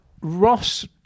Ross